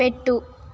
పెట్టు